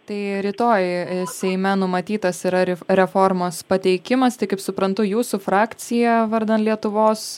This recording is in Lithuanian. tai rytoj seime numatytas yra reformos pateikimas tai kaip suprantu jūsų frakcija vardan lietuvos